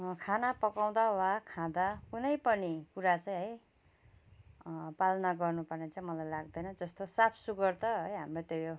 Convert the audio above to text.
खाना पकाउँदा वा खाँदा कुनैपनि कुरा चाहिँ है पालना गर्नुपर्ने चाहिँ मलाई लाग्दैन जस्तो साफ सुग्घर त है हामीलाई त यो